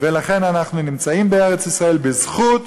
לכן אנחנו נמצאים בארץ-ישראל בזכות,